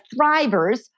thrivers